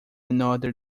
another